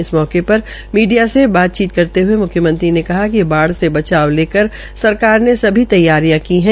इस मौके पर मीडिया से बात करते हये मुख्यमंत्री ने कहा कि बाढ़ से बचाव लेकर सरकार ने सभी तैयारियां की है